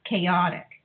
chaotic